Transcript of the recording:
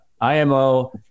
IMO